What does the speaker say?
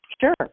sure